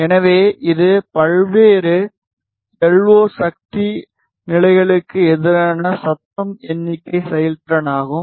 எனவே இது பல்வேறு எல்ஓ சக்தி நிலைகளுக்கு எதிரான சத்தம் எண்ணிக்கை செயல்திறன் ஆகும்